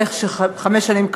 למשך חמש שנים,